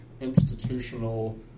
institutional